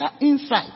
insight